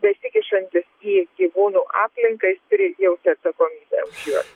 besikišantis į gyvūnų aplinką jis turi jausti atsakomybę už juos